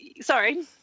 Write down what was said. Sorry